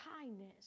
kindness